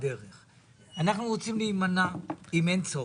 אנחנו רוצים להימנע אם אין צורך.